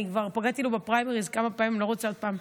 אני כבר פגעתי לו בפריימריז כמה פעמים ואני לא רוצה עוד פעם.